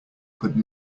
could